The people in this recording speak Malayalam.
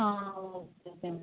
ആ ഓക്കെ ഓക്കെ